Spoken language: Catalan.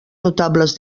notables